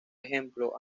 ejemplo